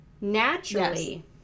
naturally